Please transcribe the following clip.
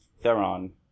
Theron